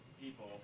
people